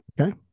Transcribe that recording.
okay